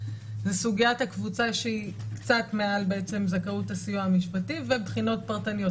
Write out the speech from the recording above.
זה סוגיית הקבוצה שהיא קצת מעל זכאות הסיוע המשפטי ובחינות פרטניות,